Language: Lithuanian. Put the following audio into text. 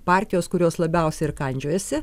partijos kurios labiausiai ir kandžiojasi